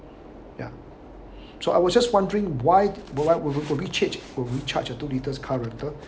ya so I was just wondering why will I will will we charged will we charge a two liters car rental